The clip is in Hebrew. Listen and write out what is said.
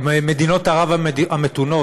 עם מדינות ערב המתונות,